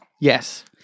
Yes